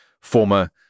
former